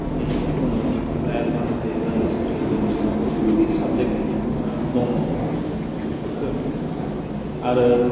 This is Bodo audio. इलेक्टिभ दङ इलेक्टिभ आरो एडभान्स थाहैबाय हिसट्रि बायदिसिना बहुथ बेबादि साबजेक्ट मानि दङ बेफोरखो आरो